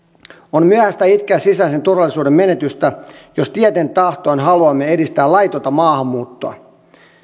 on myöhäistä itkeä sisäisen turvallisuuden menetystä jos tieten tahtoen haluamme edistää laitonta maahanmuuttoa